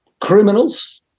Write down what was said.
criminals